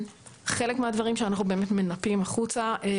חלק מהדברים שאנחנו באמת מנפים החוצה זה